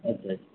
अच्छा अच्छा